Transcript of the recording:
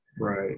right